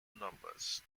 numbers